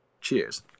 Cheers